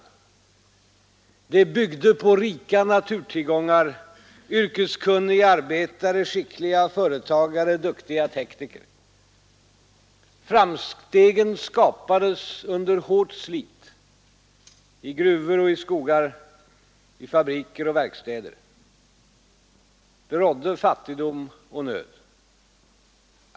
Det byggde på rika naturtillgångar, yrkeskunniga arbetare, skickliga företagare, duktiga tekniker. Framstegen skapades under hårt slit — i gruvor och i skogar, i fabriker och i verkstäder. Det rådde fattigdom och nöd.